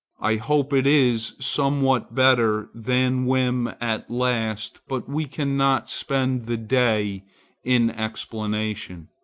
i hope it is somewhat better than whim at last, but we cannot spend the day in explanation.